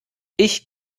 ich